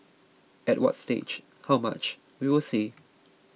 at what stage how much we will see